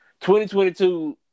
2022